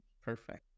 Perfect